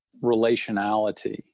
relationality